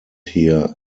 here